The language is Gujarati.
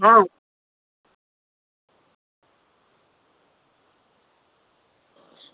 હા